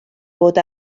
bod